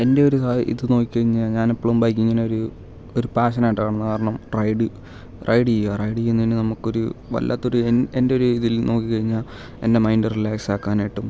എൻ്റെയൊരു ഇത് നോക്കിക്കഴിഞ്ഞാൽ ഞാൻ എപ്പോളും ബൈക്കിങ്ങിന് ഒരു ഒരു പാഷൻ ആയിട്ടാണ് കാണുന്നത് കാരണം റൈഡ് ചെയ്യുക റൈഡ് ചെയ്യുന്നതിന് നമുക്കൊരു വല്ലാത്തൊരു എൻ എൻ്റെ ഒരു ഇതിൽ നോക്കിക്കഴിഞാൽ എൻ്റെ മൈൻഡ് റിലാക്സ് ആക്കാനായിട്ടും